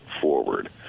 forward